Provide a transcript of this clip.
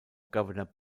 governor